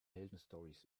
heldenstorys